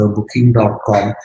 Booking.com